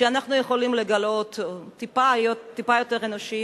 שאנחנו יכולים לגלות טיפה יותר אנושיות